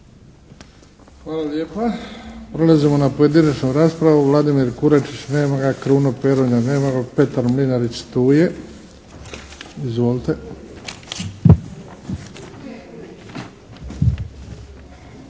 Hvala lijepa. Prelazimo na pojedinačnu raspravu. Vladimir Kurečić? Nema ga. Kruno Peronja? Nema ga. Petar Mlinarić? Tu je. Izvolite!